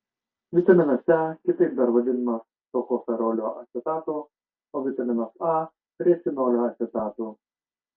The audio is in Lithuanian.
vitaminas e kitaip dar vadinamas tokoferolio acetatu o vitaminas a retinolio acetatu